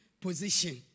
position